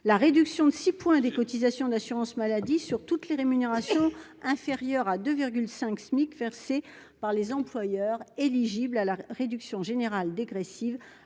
la réduction de 6 points des cotisations d'assurance-maladie, sur toutes les rémunérations inférieures à 2 5 SMIC versée par les employeurs éligibles à la réduction générale dégressive